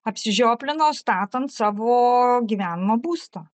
apsižioplino statant savo gyvenamą būstą